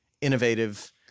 innovative